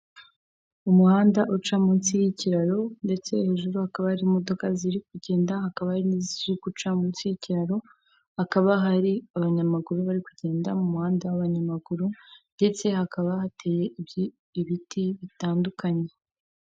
Umuhanda uca munsi y'ikiraro ndetse hejuru hakaba hari imodoka ziri kugenda, hakaba n'iziri guca munsi y'ikiraro, hakaba hari abanyamaguru bari kugenda mu muhanda w'abanyamaguru ndetse hakaba hateye ibiti bitandukanye.